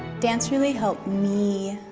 dance really helped me,